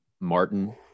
Martin